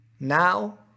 now